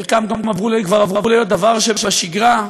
חלקם כבר הפכו להיות דבר שבשגרה,